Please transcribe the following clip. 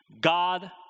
God